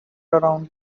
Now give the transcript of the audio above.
around